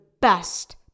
best